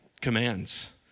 commands